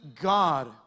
God